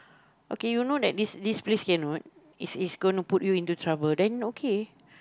okay you know that this this is going to put you into trouble then okay